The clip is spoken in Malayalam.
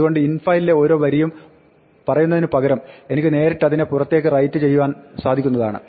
അതുകൊണ്ട് infile ലെ ഓരോ വരിയും പറയുന്നതിന് പകരം എനിക്ക് നേരിട്ട് അതിനെ പുറത്തേക്ക് റൈറ്റ് ചെയ്യുവാൻ സാധിക്കുന്നതാണ്